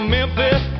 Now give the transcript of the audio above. Memphis